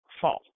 fall